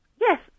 Yes